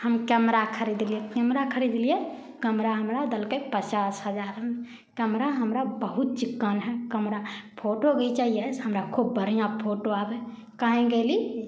हम कैमरा खरीदलिए कैमरा खरीदलिए कैमरा हमरा देलकै पचास हजारमे कैमरा हमरा बहुत चिक्कन हइ कैमरा फोटो घिचैए से हमरा खूब बढ़िआँ फोटो आबै कहि गेली